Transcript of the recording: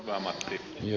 joo ja